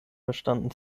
bestanden